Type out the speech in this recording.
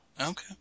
Okay